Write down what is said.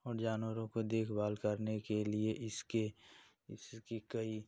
और जानवरों को देखभाल करने के लिए इसके इसके कई